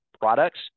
products